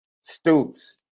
Stoops